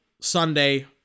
Sunday